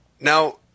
Now